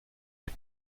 les